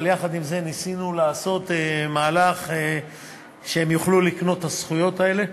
אבל יחד עם זה ניסינו לעשות מהלך שהן יוכלו לקנות את הזכויות האלה.